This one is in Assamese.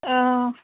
অঁ